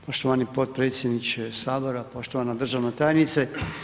Poštovani potpredsjedniče Sabora, poštovana državna tajnice.